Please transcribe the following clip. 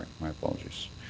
my apologies.